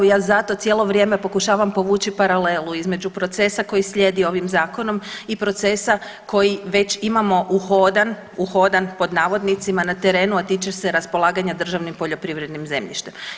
Ja zato cijelo vrijeme pokušavam povući paralelu između procesa koji slijedi ovim Zakonom i procesa koji već imamo uhodan, uhodan pod navodnicima na terenu a tiče se raspolaganja državnim poljoprivrednim zemljištem.